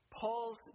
Paul's